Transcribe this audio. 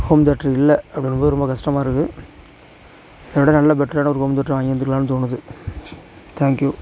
home theatre இல்லை அப்படின்னும்போது ரொம்ப கஷ்டமாக இருக்குது இதைவிட நல்ல பெட்டரான ஒரு ஹோம்தேட்ரை வாங்கி இருந்திருக்குலானு தோணுது தேங்க்யூ